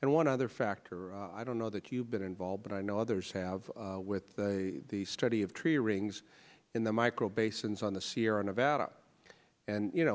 and one other factor i don't know that you've been involved in i know others have with the study of tree rings in the micro basins on the sierra nevada and you know